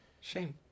Shame